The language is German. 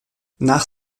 nach